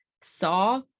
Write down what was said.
saw